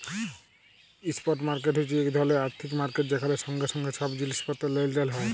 spot market হছে ইক ধরলের আথ্থিক মার্কেট যেখালে সঙ্গে সঙ্গে ছব জিলিস পত্তর লেলদেল হ্যয়